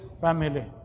family